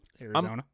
Arizona